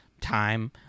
time